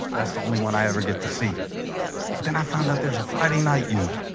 that's the only one i ever get to see but then i found out there's a friday night you